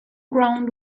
ground